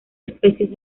especies